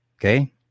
Okay